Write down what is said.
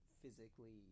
physically